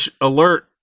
alert